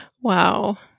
Wow